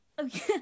Okay